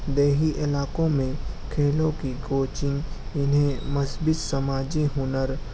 دیہی علاقوں میں کھیلوں کی کوچنگ انہیں مثبت سماجی ہنر